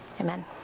Amen